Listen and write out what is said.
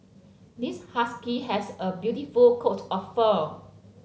this husky has a beautiful coat of fur